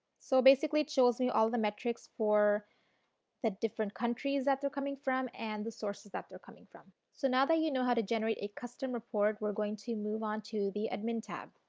so, basically it shows me all the metrics for the different countries that they are coming from and the sources that they are coming from. so, now that you know how to generate a custom report, we are going to move on to the admin tab.